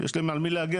יש להם על מי להגן,